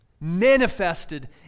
manifested